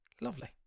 Lovely